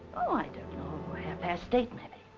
oh i don't know. half past eight, maybe.